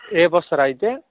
రేపు వస్తారా అయితే